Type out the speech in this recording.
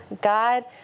God